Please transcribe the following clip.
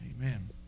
Amen